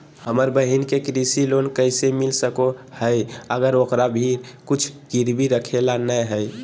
हमर बहिन के कृषि लोन कइसे मिल सको हइ, अगर ओकरा भीर कुछ गिरवी रखे ला नै हइ?